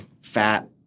fat